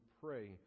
pray